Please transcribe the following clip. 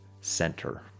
center